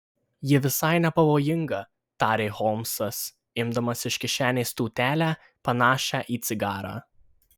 ji visai nepavojinga tarė holmsas imdamas iš kišenės tūtelę panašią į cigarą